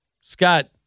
Scott